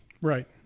Right